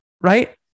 right